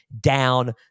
down